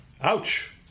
Ouch